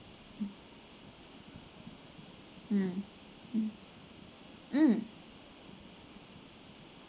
um mm mm